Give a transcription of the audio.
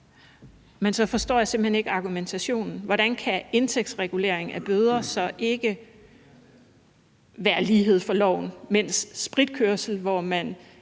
Men så forstår jeg simpelt hen ikke argumentationen. Hvordan kan indtægtsregulering af bøder så ikke være lighed for loven? Ved spritkørsel betaler man